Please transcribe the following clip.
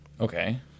Okay